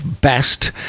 best